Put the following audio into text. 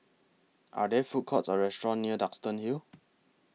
Are There Food Courts Or restaurants near Duxton Hill